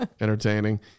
entertaining